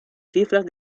cifras